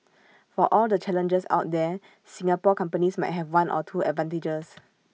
for all the challenges out there Singapore companies might have one or two advantages